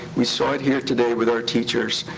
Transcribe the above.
we saw it here today with our teachers.